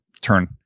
turn